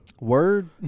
Word